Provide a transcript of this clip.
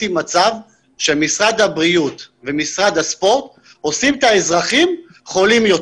מצב שמשרד הבריאות ומשרד הספורט עושים את האזרחים חולים יותר.